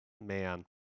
man